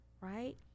right